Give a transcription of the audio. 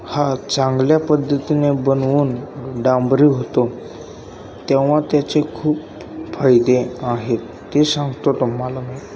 हा चांगल्या पद्धतीने बनवून डांबरी होतो तेव्हा त्याचे खूप फायदे आहेत ते सांगतो तुम्हाला मी